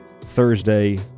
Thursday